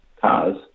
cars